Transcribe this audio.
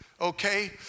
okay